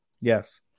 Yes